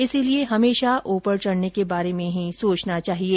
इसलिए हमेशा ऊपर चढ़ने के बारे में ही सोचना चाहिए